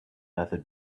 method